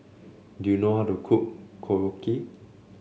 do you know how to cook Korokke